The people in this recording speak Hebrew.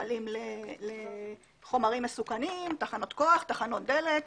מפעלים לחומרים מסוכנים, תחנות כוח, תחנות דלק,